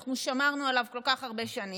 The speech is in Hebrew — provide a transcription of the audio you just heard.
שאנחנו שמרנו עליו כל כך הרבה שנים,